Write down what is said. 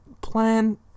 plan